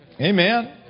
Amen